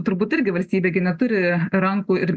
turbūt irgi valstybė gi neturi rankų ir